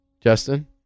Justin